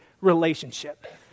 relationship